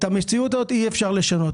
את המציאות הזאת אי-אפשר לשנות.